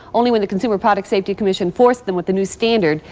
only when the consumer product safety commission forced them with the new standard,